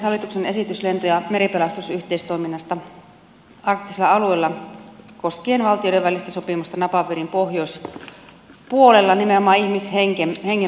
hallituksen esitys lento ja meripelastusyhteistoiminnasta arktisilla alueilla koskee valtioiden välistä sopimusta nimenomaan ihmishengen pelastamisesta napapiirin pohjoispuolella